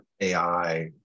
AI